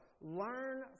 Learn